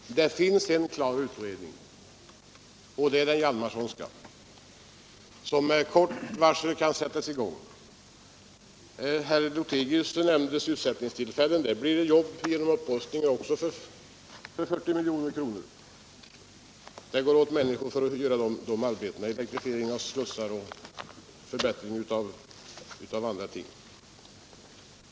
Herr talman! Det finns en klar utredning, den Hjalmarsonska, och de åtgärder som där föreslagits kan med kort varsel sättas i gång. Herr Lothigius nämnde sysselsättningstillfällen. Det blir jobb genom upprustning för 40 miljoner också. Det behövs människor för arbetena med elektrifiering av slussar och förbättring av andra ting.